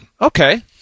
Okay